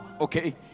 okay